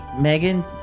Megan